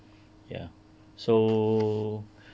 ya so